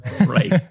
Right